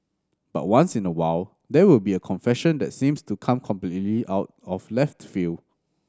but once in a while there will be a confession that seems to come completely out of left field